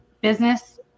business